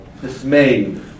dismayed